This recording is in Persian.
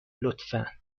لطفا